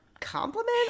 compliment